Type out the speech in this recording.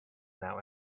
now